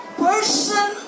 person